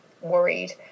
worried